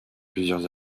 plusieurs